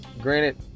granted